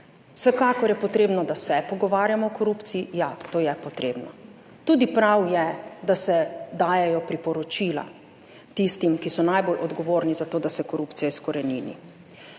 Vsekakor je potrebno, da se pogovarjamo o korupciji. Ja, to je potrebno. Tudi prav je, da se dajejo priporočila tistim, ki so najbolj odgovorni za to, da se korupcija izkorenini.